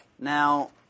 Now